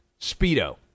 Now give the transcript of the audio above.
Speedo